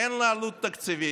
אין לה עלות תקציבית,